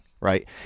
right